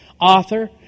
author